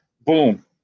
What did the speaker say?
boom